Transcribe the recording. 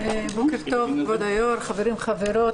חברת הכנסת אימאן ח'טיב יאסין.